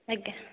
ଆଜ୍ଞା